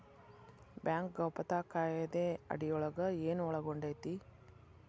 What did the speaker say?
Bank ಗೌಪ್ಯತಾ ಕಾಯಿದೆ ಅಡಿಯೊಳಗ ಏನು ಒಳಗೊಂಡೇತಿ?